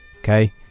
okay